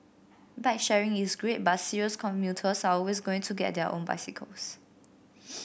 bike sharing is great but serious commuters are always going to get their own bicycles